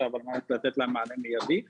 על מנת לתת להם מענה מיידי;